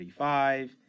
35